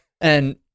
And-